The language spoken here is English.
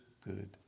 good